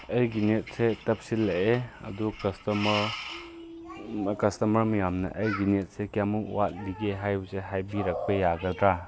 ꯑꯩꯒꯤ ꯅꯦꯠꯁꯦ ꯇꯞꯁꯤꯜꯂꯛꯑꯦ ꯑꯗꯨ ꯀꯁꯇꯃꯔ ꯀꯁꯇꯃꯔ ꯃꯌꯥꯝꯅ ꯑꯩꯒꯤ ꯑꯩꯒꯤ ꯅꯦꯠꯁꯦ ꯀꯌꯥꯝꯃꯨꯛ ꯋꯥꯠꯂꯤꯒꯦ ꯍꯥꯏꯕꯁꯦ ꯍꯥꯏꯕꯤꯔꯛꯄ ꯌꯥꯒꯗ꯭ꯔ